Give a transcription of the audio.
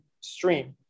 stream